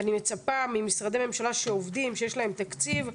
אני מצפה ממשרדי ממשלה שעובדים, שיש להם תקציב,